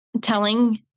telling